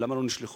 למה לא נשלחו?